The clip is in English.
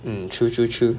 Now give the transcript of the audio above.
mm true true true